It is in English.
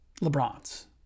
LeBron's